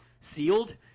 Sealed